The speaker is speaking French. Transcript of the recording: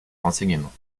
renseignement